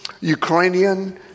Ukrainian